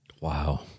Wow